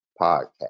podcast